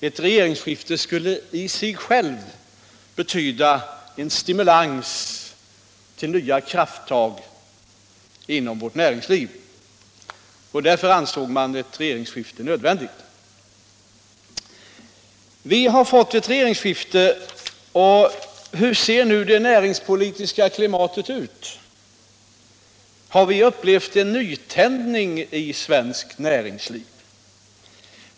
Ett regeringsskifte skulle i sig självt betyda en stimulans till nya krafttag inom vårt näringsliv, och därför ansåg man ett regeringsskifte nödvändigt. Vi har fått ett regeringsskifte, och hur ser nu det näringspolitiska klimatet ut? Har vi upplevt en nytändning i svenskt näringsliv?